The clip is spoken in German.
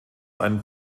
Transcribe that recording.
einen